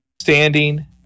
standing